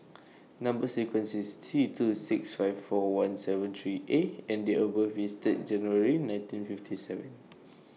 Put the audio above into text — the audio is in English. Number sequence IS T two six five four one seven three A and Date of birth IS Third January nineteen fifty seven